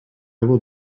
will